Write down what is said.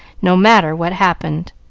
no matter what happened.